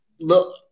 Look